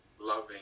loving